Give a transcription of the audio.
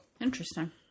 Interesting